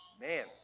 Man